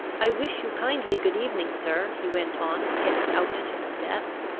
i wish you kindly good-evening, sir, he went on, getting out to the steps.